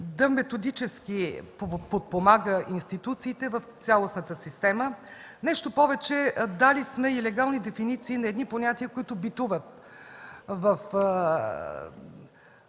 е методически да подпомага институциите в цялостната система. Нещо повече, дали сме и легални дефиниции на понятия, които битуват в